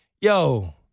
Yo